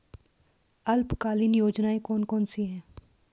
अल्पकालीन योजनाएं कौन कौन सी हैं?